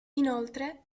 inoltre